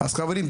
אז חברים,